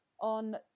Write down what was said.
on